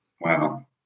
Wow